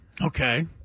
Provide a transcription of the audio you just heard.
Okay